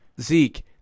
Zeke –